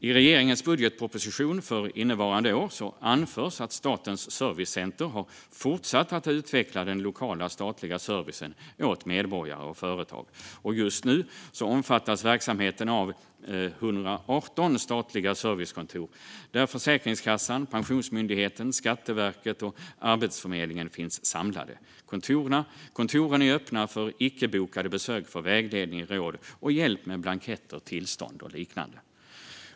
I regeringens budgetproposition för innevarande år anförs att Statens servicecenter har fortsatt att utveckla den lokala statliga servicen åt medborgare och företag. Just nu omfattas verksamheten av 118 statliga servicekontor där Försäkringskassan, Pensionsmyndigheten, Skatteverket och Arbetsförmedlingen finns samlade. Kontoren är öppna för icke-bokade besök för vägledning, råd och hjälp med blanketter, tillstånd och liknande.